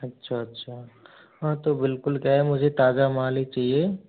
अच्छा अच्छा हाँ तो बिल्कुल क्या है मुझे ताजा माल ही चाहिए